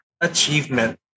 achievement